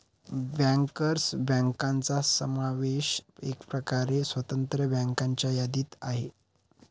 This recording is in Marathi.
बँकर्स बँकांचा समावेश एकप्रकारे स्वतंत्र बँकांच्या यादीत आहे